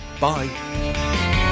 Bye